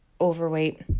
overweight